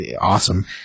Awesome